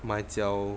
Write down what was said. my 脚